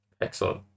Excellent